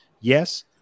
yes